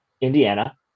Indiana